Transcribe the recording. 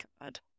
God